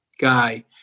guy